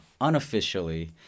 unofficially